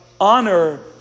honor